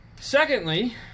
Secondly